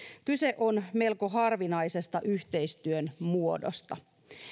kyse on melko harvinaisesta yhteistyön muodosta